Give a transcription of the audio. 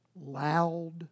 loud